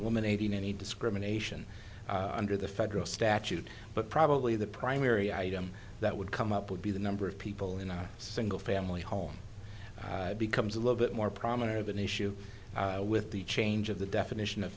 eliminating any discrimination under the federal statute but probably the primary item that would come up would be the number of people in a single family home becomes a little bit more prominent of an issue with the change of the definition of